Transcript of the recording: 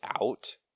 out